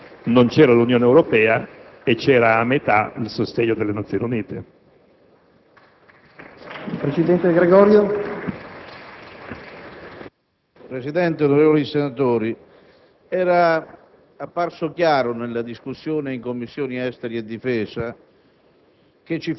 Il Governo è dell'opinione che non ci sia stata continuità nel sostenere questi tre tradizionali pilastri, perché tale tradizione è stata in qualche modo spezzata proprio dalla vicenda irachena, in cui non c'erano tre pilastri, ma forse mezzo.